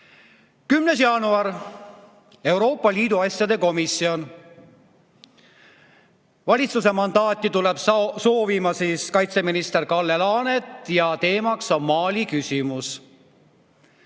10. jaanuar, Euroopa Liidu asjade komisjon. Valitsuse mandaati tuleb soovima kaitseminister Kalle Laanet ja teema on Mali küsimus.